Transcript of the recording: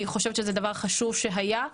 זה דבר חשוב שהיה.